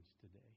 today